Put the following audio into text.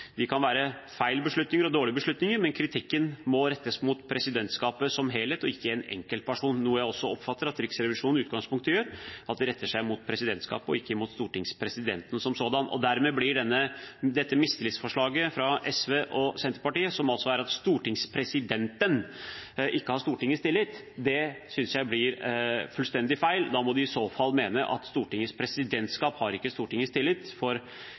Det kan være feil beslutninger og dårlige beslutninger, men kritikken må rettes mot presidentskapet som helhet og ikke mot en enkelt person, noe jeg også oppfatter at Riksrevisjonen i utgangspunktet gjør. Dermed blir dette mistillitsforslaget fra SV og Senterpartiet, som altså går ut på at stortingspresidenten ikke har Stortingets tillit, fullstendig feil. Da må de i så fall mene at Stortingets presidentskap ikke har Stortingets tillit,